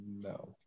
no